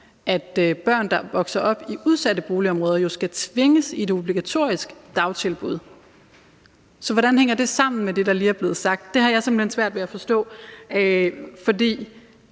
at børn, der er vokset op i udsatte boligområder, skal tvinges i et obligatorisk dagtilbud. Så hvordan hænger det sammen med det, der lige er blevet sagt? Det har jeg simpelt hen svært ved at forstå, for